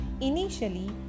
Initially